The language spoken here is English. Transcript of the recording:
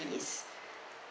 is